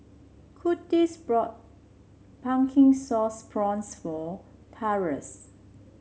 Kurtis brought Pumpkin Sauce Prawns for Taurus